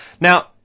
Now